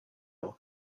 were